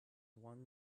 one